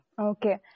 Okay